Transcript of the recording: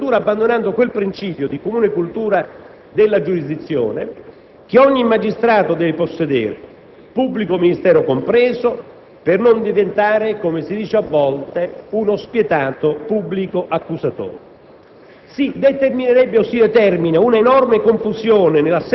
Si spaccherebbe e si spacca in due parti ben distinte la magistratura, abbandonando quel principio di comune cultura della giurisdizione che ogni magistrato deve possedere, pubblico ministero compreso, per non diventare, come si dice a volte, uno spietato «pubblico accusatore».